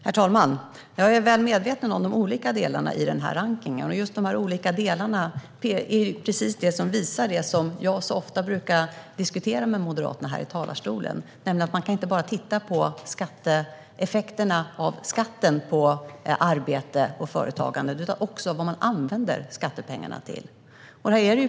Herr talman! Jag är väl medveten om de olika delarna i denna rankning. De visar just det som jag ofta brukar diskutera här i talarstolen med Moderaterna, nämligen att man inte bara kan titta på effekterna av skatten på arbete och företagande utan också vad man använder skattepengarna till.